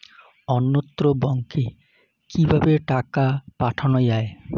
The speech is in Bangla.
অন্যত্র ব্যংকে কিভাবে টাকা পাঠানো য়ায়?